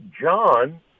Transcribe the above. John